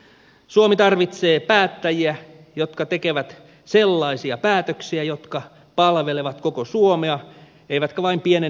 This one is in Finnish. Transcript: suomi tarvitsee päättäjiä jotka tekevät sellaisia päätöksiä jotka palvelevat koko suomea eivätkä vain pienen etuoikeutetun vähemmistön ylemmyydentunnetta